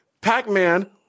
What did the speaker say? Pac-Man